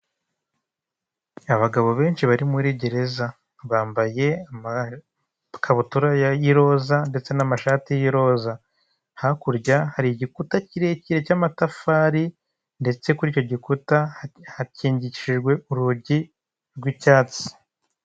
Abagabo benshi bari muri gereza, bambaye amakabutura y'iroza ndetse n'amashati y'iroza. Hakurya hari igikuta kirekire cy'amatafari ndetse kuri icyo gikuta hakingishijwe urugi rw'icyatsi.